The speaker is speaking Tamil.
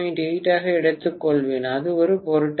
8 ஆக எடுத்துக்கொள்வேன் அது ஒரு பொருட்டல்ல